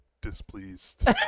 displeased